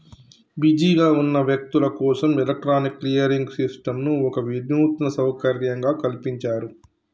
బిజీగా ఉన్న వ్యక్తులు కోసం ఎలక్ట్రానిక్ క్లియరింగ్ సిస్టంను ఒక వినూత్న సౌకర్యంగా కల్పించారు